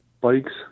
bikes